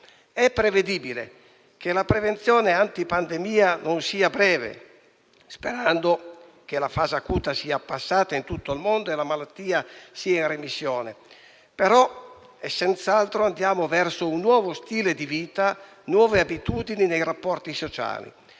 È prevedibile che la prevenzione antipandemia non sia breve. Sperando che la fase acuta sia passata in tutto il mondo e la malattia sia in remissione, andiamo però senz'altro verso un nuovo stile di vita e nuove abitudini nei rapporti sociali.